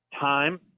time